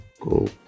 cool